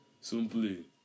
Simply